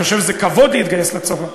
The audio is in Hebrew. אני חושב שזה כבוד להתגייס לצבא.